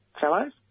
Fellows